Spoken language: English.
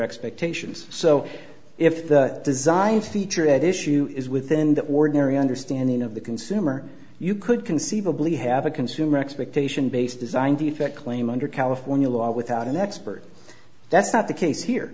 expectations so if the design feature at issue is within that warden area understanding of the consumer you could conceivably have a consumer expectation based design defect claim under california law without an expert that's not the case here